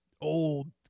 old